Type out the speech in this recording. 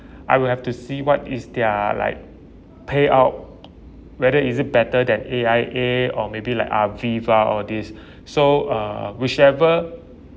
I will have to see what is their like payout whether is it better than A_I_A or maybe like Aviva all this so uh whichever